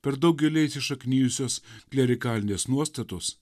per daug giliai įsišaknijusios klerikalinės nuostatos